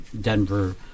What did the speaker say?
Denver